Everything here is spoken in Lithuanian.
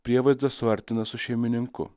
prievaizdą suartina su šeimininku